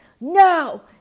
no